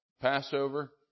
Passover